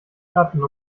schatten